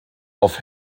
auf